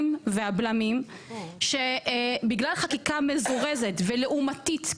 והבלמים שבגלל חקיקה מזורזת ולעומתית,